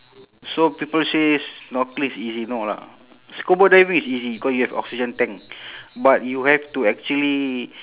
so people say snorkeling is easy no lah scuba diving is easy cause you have oxygen tank but you have to actually